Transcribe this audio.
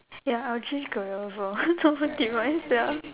ya I'll change career also over demise ya